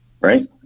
Right